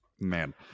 Man